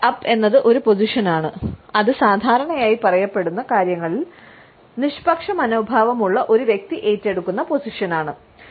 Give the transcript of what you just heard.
head up എന്നത് ഒരു position ആണ് അത് സാധാരണയായി പറയപ്പെടുന്ന കാര്യങ്ങളിൽ നിഷ്പക്ഷ മനോഭാവമുള്ള ഒരു വ്യക്തി ഏറ്റെടുക്കുന്ന പൊസിഷൻ ആണ്